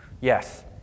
Yes